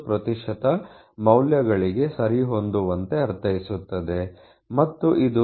99 ಮೌಲ್ಯಗಳಿಗೆ ಸರಿಹೊಂದುವಂತೆ ಅರ್ಥೈಸುತ್ತದೆ ಮತ್ತು ಇದು 0